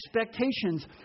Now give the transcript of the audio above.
expectations